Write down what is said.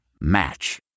match